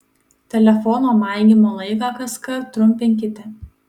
telefono maigymo laiką kaskart trumpinkite